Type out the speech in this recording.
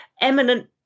eminent